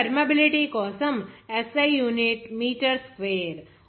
ఇప్పుడు పర్మియబిలిటీ కోసం SI unit metre square